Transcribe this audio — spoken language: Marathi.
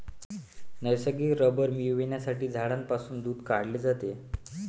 नैसर्गिक रबर मिळविण्यासाठी झाडांपासून दूध काढले जाते